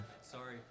Sorry